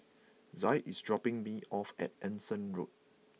Zaid is dropping me off at Anson Road